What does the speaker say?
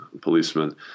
policemen